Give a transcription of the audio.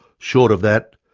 short of that,